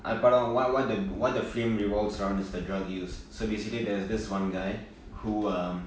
அந்த படம்:antha padam what what the film revolves around is the drug use so basically there's this one guy who um